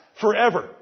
forever